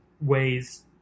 ways